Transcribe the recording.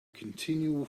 continual